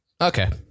Okay